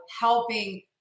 helping